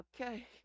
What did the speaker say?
okay